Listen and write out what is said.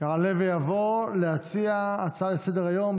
יעלה ויבוא להציע הצעה לסדר-היום,